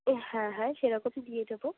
ও হ্যাঁ হ্যাঁ সেরকম দিয়ে দেব